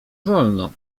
wolno